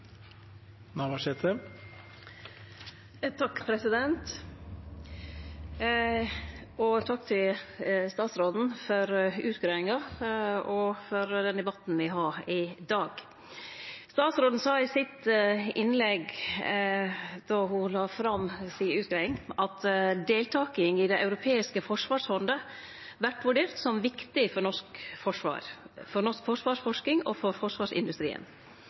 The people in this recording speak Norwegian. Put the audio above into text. Takk til statsråden for utgreiinga og for debatten me har i dag. Statsråden sa i sitt innlegg då ho la fram utgreiinga, at deltaking i det europeiske forsvarsfondet vert vurdert som viktig for norsk forsvar, norsk forsvarsforsking og forsvarsindustrien.